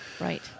right